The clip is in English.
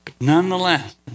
Nonetheless